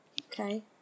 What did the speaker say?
Okay